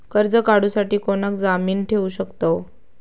कर्ज काढूसाठी कोणाक जामीन ठेवू शकतव?